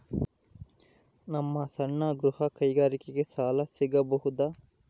ನಮ್ಮ ಸಣ್ಣ ಗೃಹ ಕೈಗಾರಿಕೆಗೆ ಸಾಲ ಸಿಗಬಹುದಾ?